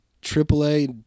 triple-A